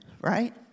right